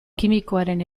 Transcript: kimikoaren